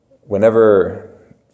whenever